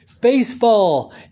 Baseball